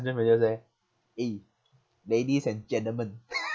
sergeant major say !hey! ladies and gentlemen